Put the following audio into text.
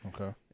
okay